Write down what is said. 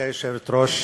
גברתי היושבת-ראש,